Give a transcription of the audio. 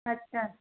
अच्छा